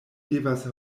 devas